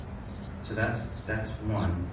so that's that's one.